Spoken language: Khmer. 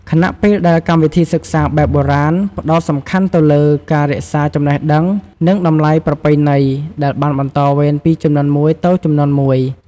ខណៈពេលដែល កម្មវិធីសិក្សាបែបបុរាណផ្តោតសំខាន់ទៅលើ ការរក្សាចំណេះដឹង និង តម្លៃប្រពៃណី ដែលបានបន្តវេនពីជំនាន់មួយទៅជំនាន់មួយ។